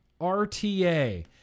RTA